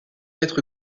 être